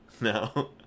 No